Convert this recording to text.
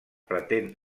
pretén